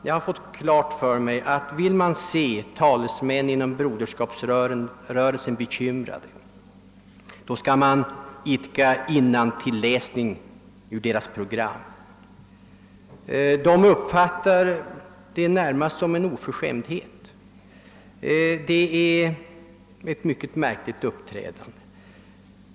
Jag har fått klart för mig, att om man vill se talesmän för Broderskapsrörelsen bekymrade, skall man idka innantilläsning ur deras program — detta tycks de uppfatta närmast som en oförskämdhet. Det är ett mycket märkligt uppträdande.